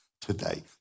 today